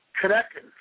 connected